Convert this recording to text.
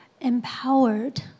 Empowered